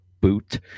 boot